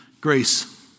grace